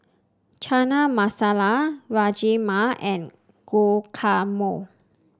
Chana Masala Rajma and Guacamole